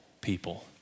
people